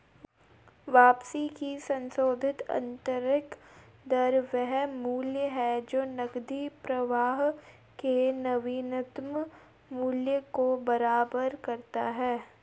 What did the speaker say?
वापसी की संशोधित आंतरिक दर वह मूल्य है जो नकदी प्रवाह के नवीनतम मूल्य को बराबर करता है